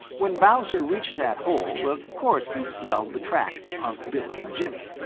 when bowser reached that hole, of course he smelled the tracks of unc' billy and jimmy,